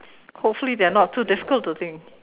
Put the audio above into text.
hopefully they are not too difficult to think